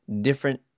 different